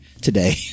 today